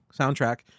soundtrack